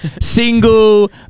single